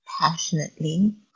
passionately